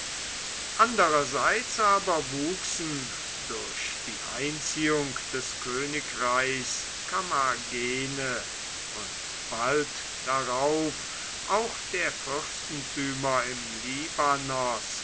andererseits aber wuchsen durch die einziehung des königreichs kommagene und bald darauf auch der fürstentümer im